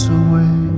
away